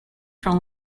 from